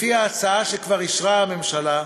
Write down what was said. לפי ההצעה שכבר אישרה הממשלה,